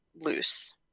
loose